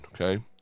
Okay